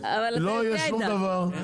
לא יהיה שום דבר,